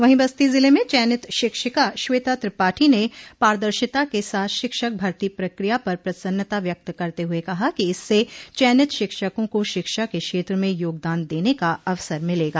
वहीं बस्ती जिले में चयनित शिक्षिका श्वेता त्रिपाठी ने पारदर्शिता के साथ शिक्षक भर्ती प्रक्रिया पर प्रसन्नता व्यक्त करते हुए कहा कि इससे चयनित शिक्षकों को शिक्षा के क्षेत्र में योगदान देने का अवसर मिलेगा